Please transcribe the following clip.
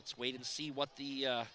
let's wait and see what the